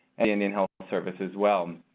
indian health service as well.